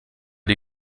die